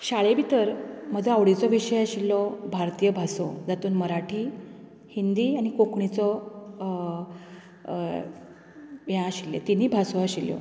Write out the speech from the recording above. शाळे भितर म्हजो आवडिचो विशय आशिल्लो भारतीय भासो जातून मराठी हिंदी आनी कोंकणीचो हें आशिल्लें तिनय भासो आशिल्ल्यो